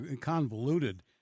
convoluted